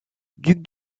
duc